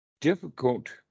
difficult